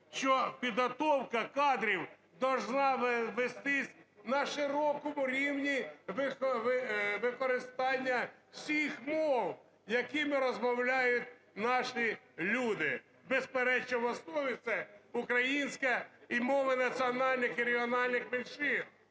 що підготовка кадрів должна вестися на широкому рівні використання всіх мов, якими розмовляють наші люди. Безперечно, в основі це українська і мови національних і регіональних меншин.